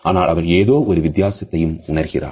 ஆனால் அவள் ஏதோ ஒரு வித்தியாசத்தையும் உணர்கிறாள்